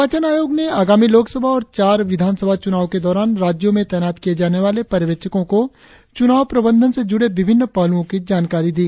निर्वाचन आयोग ने आगामी लोकसभा और चार विधानसभा चुनाव के दौरान राज्यों में तैनात किए जाने वाले पर्यवेक्षकों को चुनाव प्रबंधन से जुड़े विभिन्न पहलुओं की जानकारी दी